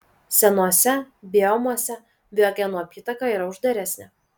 senuose biomuose biogenų apytaka yra uždaresnė